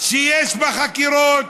שיש בה חקירות.